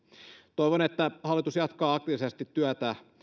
toivon että hallitus jatkaa aktiivisesti työtä